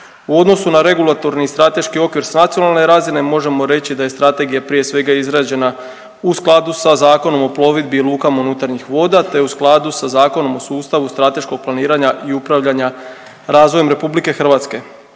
U odnosu na regulatorni strateški okvir s nacionalne razine možemo reći da je strategija prije svega izrađena u skladu sa Zakonom o plovidbi i lukama unutarnjih voda te u skladu sa Zakonom o sustavu strateškog planiranja i upravljanja razvojem RH. Također